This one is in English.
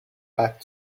back